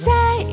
Say